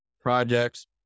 projects